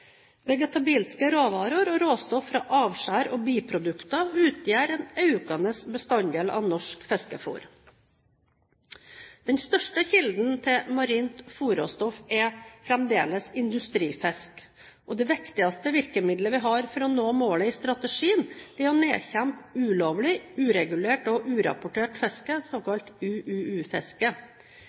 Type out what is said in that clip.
råvarer og råstoff fra avskjær og biprodukter utgjør en økende bestanddel av norsk fiskefôr. Den største kilden til marint fôrråstoff er fremdeles industrifisk, og det viktigste virkemiddelet vi har for å nå målet i strategien, er å nedkjempe ulovlig, uregulert og urapportert fiske, såkalt